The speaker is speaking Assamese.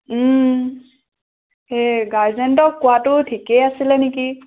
সেই গাৰ্জেণ্টক কোৱাটো ঠিকেই আছিলে নেকি